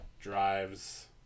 drives